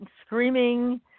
screaming